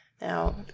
Now